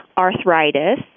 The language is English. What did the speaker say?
arthritis